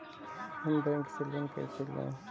हम बैंक से लोन कैसे लें?